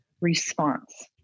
response